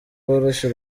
bworoshye